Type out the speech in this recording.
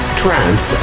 trance